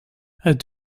het